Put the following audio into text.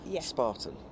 Spartan